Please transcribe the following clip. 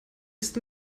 ist